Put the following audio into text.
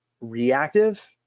reactive